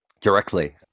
directly